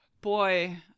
boy